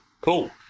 cool